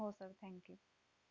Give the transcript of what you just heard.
हो sir thank you